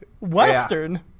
Western